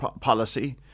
policy